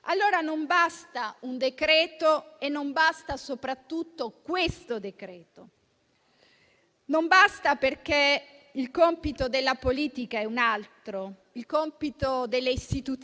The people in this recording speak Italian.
Allora, non basta un decreto-legge e non basta soprattutto questo decreto. Non basta perché il compito della politica è un altro. Il compito delle istituzioni